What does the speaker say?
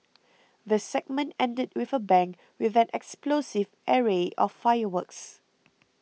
the segment ended with a bang with an explosive array of fireworks